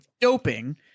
doping